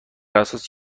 اساس